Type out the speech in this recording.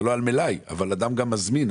זה לא על מלאי אבל אדם גם מזמין,